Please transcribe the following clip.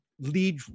lead